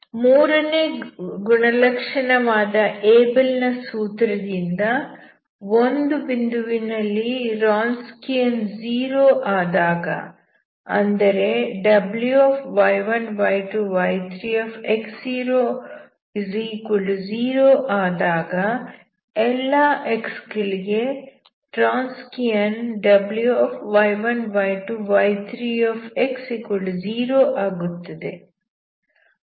ಮೂರನೇ ಗುಣಲಕ್ಷಣವಾದ ಏಬಲ್ ನ ಸೂತ್ರದಿಂದ ಒಂದು ಬಿಂದುವಿನಲ್ಲಿ ರಾನ್ಸ್ಕಿಯನ್ 0 ಆದಾಗ ಅಂದರೆ Wy1 y2 y3x00 ಆದಾಗ ∀x ಗೆ ರಾನ್ಸ್ಕಿಯನ್ Wy1 y2 y3x0 ಆಗುತ್ತದೆ